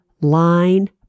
line